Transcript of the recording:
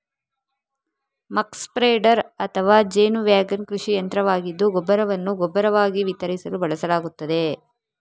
ಮಕ್ spreader ಅಥವಾ ಜೇನು wagon ಕೃಷಿ ಯಂತ್ರವಾಗಿದ್ದು ಗೊಬ್ಬರವನ್ನು ಗೊಬ್ಬರವಾಗಿ ವಿತರಿಸಲು ಬಳಸಲಾಗುತ್ತದೆ